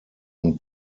und